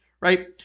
right